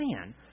man